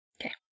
Okay